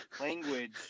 language